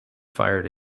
fired